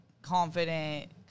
confident